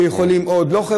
שיכולים עוד,